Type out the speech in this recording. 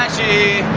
ah ac